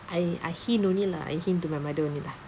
I I hint only lah I hint to my mother only lah